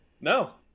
No